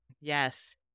Yes